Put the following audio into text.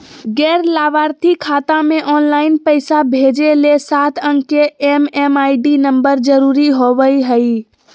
गैर लाभार्थी खाता मे ऑनलाइन पैसा भेजे ले सात अंक के एम.एम.आई.डी नम्बर जरूरी होबय हय